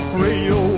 radio